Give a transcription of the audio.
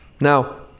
Now